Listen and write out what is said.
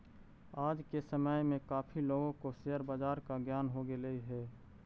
आज के समय में काफी लोगों को शेयर बाजार का ज्ञान हो गेलई हे